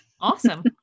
Awesome